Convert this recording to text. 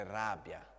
rabbia